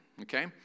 Okay